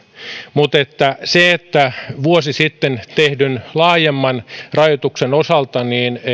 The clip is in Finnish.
mutta vuosi sitten tehdyn laajemman rajoituksen osalta